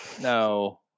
no